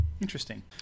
Interesting